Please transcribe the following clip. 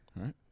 right